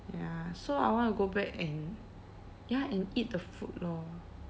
ya so I want to go back and ya and eat the food lor